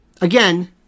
Again